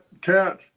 cat